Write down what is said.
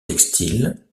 textiles